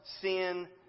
sin